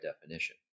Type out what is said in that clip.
definition